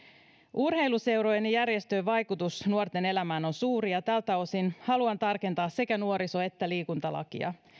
urheiluseurojen ja järjestöjen vaikutus nuorten elämään on suuri ja tältä osin haluan tarkentaa sekä nuoriso että liikuntalakia